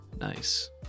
Nice